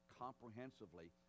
comprehensively